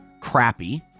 crappy